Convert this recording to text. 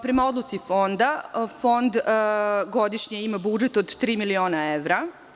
Prema odluci Fonda, Fond godišnje ima budžet od tri miliona evra.